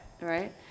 right